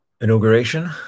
inauguration